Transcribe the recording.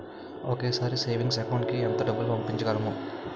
ఒకేసారి savings account కి ఎంత డబ్బు పంపించగలము?